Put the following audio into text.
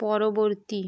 পরবর্তী